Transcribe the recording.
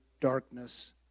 darkness